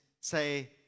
say